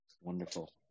Wonderful